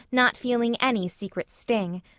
not feeling any secret sting.